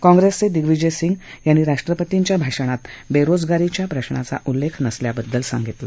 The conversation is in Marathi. काँग्रेसचे दिग्विजय सिंग यांनी राष्ट्रपतींच्या भाषणात बेरोजगारीच्या प्रश्नाचा उल्लेख नसल्याबद्दल सांगितलं